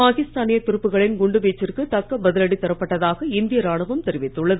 பாகிஸ்தானிய துருப்புக்களின் குண்டு வீச்சிற்கு தக்க பதிலடி தரப்பட்டதாக இந்திய ராணுவம் தெரிவித்துள்ளது